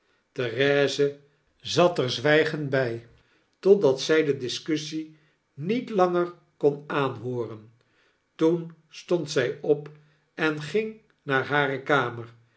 therese zat er zwygend by totdat zy de discussie niet langerkon aanhooren toen stond zij op en ging naar hare kamer